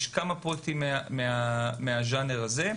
יש עוד כמה פרויקטים בז'אנר הזה.